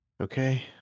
Okay